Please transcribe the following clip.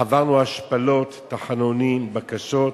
עברנו השפלות, תחנונים, בקשות,